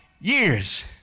years